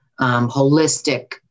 holistic